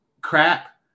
crap